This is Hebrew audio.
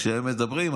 כשהם מדברים,